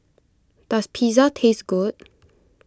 does Pizza taste good